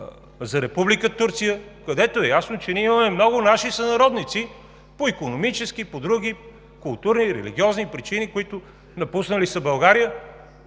за Република Турция, където е ясно, че ние имаме много наши сънародници по икономически, по други – културни, религиозни причини, които са напуснали България,